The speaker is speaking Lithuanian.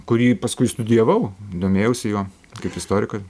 kurį paskui studijavau domėjausi juo kaip istorika